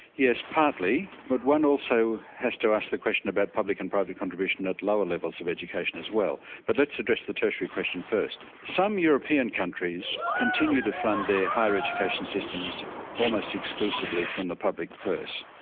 yes, partly. but one also has to ask the question about public and private contribution at lower levels of education as well. but let's address the tertiary question first. some european countries continue to fund their higher education systems almost exclusively from the public purse,